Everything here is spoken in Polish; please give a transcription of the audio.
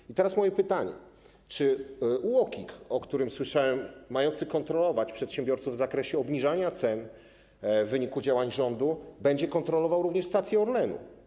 I teraz moje pytanie: Czy UOKiK, o którym słyszałem, że ma kontrolować przedsiębiorców w zakresie obniżania cen, w wyniku działań rządu, będzie kontrolował również stacje Orlenu?